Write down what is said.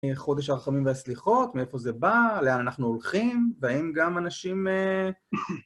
חודש הרחמים והסליחות, מאיפה זה בא, לאן אנחנו הולכים, והאם גם אנשים אה...